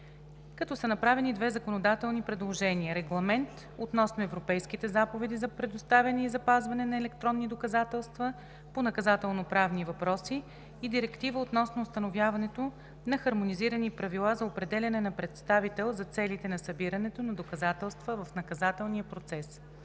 като са направени две законодателни предложения – Регламент относно европейските заповеди за предоставяне и запазване на електронни доказателства по наказателноправни въпроси и Директива относно установяването на хармонизирани правила за определяне на представител за целите на събирането на доказателства в наказателния процес.